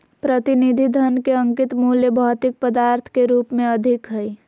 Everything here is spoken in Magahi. प्रतिनिधि धन के अंकित मूल्य भौतिक पदार्थ के रूप में अधिक हइ